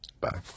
Bye